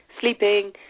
sleeping